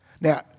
Now